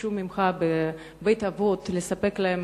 ביקשו ממך בבית-אבות לספק להם,